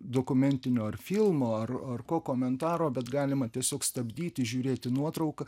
dokumentinio filmo ar ar ko komentaro bet galima tiesiog stabdyti žiūrėti nuotraukas